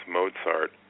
Mozart